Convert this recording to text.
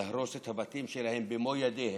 להרוס את הבתים שלהם במו ידיהם,